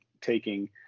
taking